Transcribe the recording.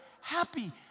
happy